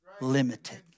limited